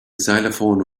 xylophone